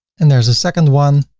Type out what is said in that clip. and there's a second one.